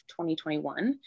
2021